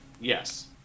Yes